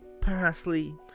parsley